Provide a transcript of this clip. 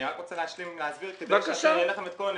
אני רק רוצה להסביר כדי שיהיו לכם כל הנתונים,